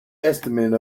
estimate